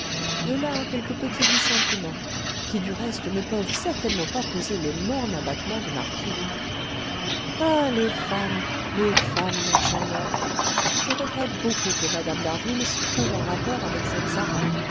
de là quelques petits dissentiments qui du reste ne peuvent certainement pas causer le morne abattement du marquis ah les femmes les femmes mon cher murph je regrette beaucoup que mme d'harville se trouve en rapport avec cette sarah